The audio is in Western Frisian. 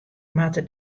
moatte